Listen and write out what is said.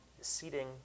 seating